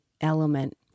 element